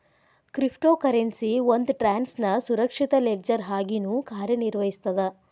crypto currency ಒಂದ್ ಟ್ರಾನ್ಸ್ನ ಸುರಕ್ಷಿತ ಲೆಡ್ಜರ್ ಆಗಿನೂ ಕಾರ್ಯನಿರ್ವಹಿಸ್ತದ